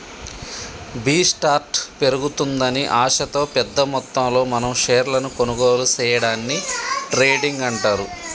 B స్టార్ట్ పెరుగుతుందని ఆశతో పెద్ద మొత్తంలో మనం షేర్లను కొనుగోలు సేయడాన్ని ట్రేడింగ్ అంటారు